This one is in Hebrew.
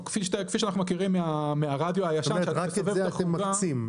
או כפי שאנחנו מכירים מהרדיו הישן -- זאת אומרת רק את זה אתם מקצים.